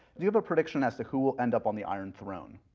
do you have a prediction as to who will end up on the iron throne?